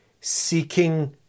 seeking